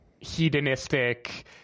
hedonistic